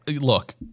Look